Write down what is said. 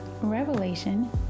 revelation